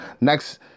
Next